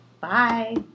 Bye